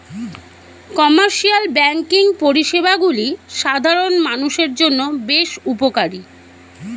commercial banking পরিষেবাগুলি সাধারণ মানুষের জন্য বেশ উপকারী